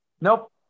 Nope